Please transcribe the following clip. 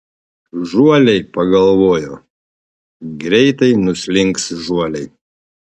žuoliai pagalvojo greitai nuslinks žuoliai